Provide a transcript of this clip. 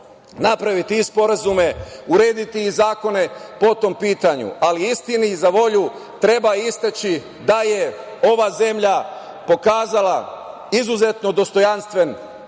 napraviti sporazume, urediti zakone po tom pitanju. Ali, istini za volju, treba istaći da je ova zemlja pokazala izuzetno dostojanstven